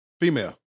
female